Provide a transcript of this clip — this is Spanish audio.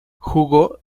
jugó